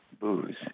booze